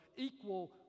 equal